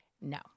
No